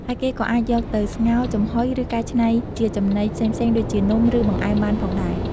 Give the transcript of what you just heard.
ហើយគេក៏អាចយកទៅ ស្ងោរ ចំហុយ ឬកែច្នៃជាចំណីផ្សេងៗ ដូចជានំ ឬបង្អែមបានផងដែរ។